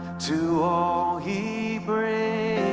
to all he brings